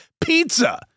pizza